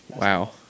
Wow